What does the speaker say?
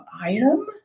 item